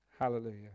Hallelujah